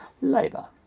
Labour